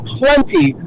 plenty